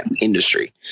industry